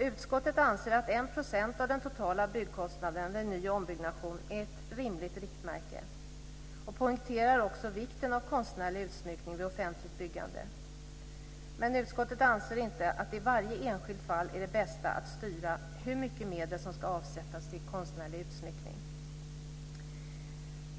Utskottet anser att 1 % av den totala byggkostnaden vid ny och ombyggnation är ett rimligt riktmärke. Man poängterar också vikten av konstnärlig utsmyckning vid offentligt byggande. Men utskottet anser inte att det i varje enskilt fall är det bästa att styra hur mycket medel som ska avsättas till konstnärlig utsmyckning.